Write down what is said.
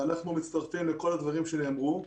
ואנחנו מצטרפים לכל הדברים שנאמרו,